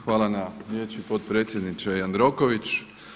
Hvala na riječi potpredsjedniče Jandroković.